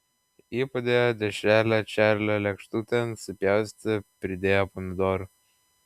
ji padėjo dešrelę čarlio lėkštutėn supjaustė pridėjo pomidorų